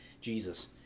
Jesus